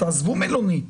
תעזבו מלונית.